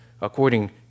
according